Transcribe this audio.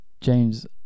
James